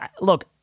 look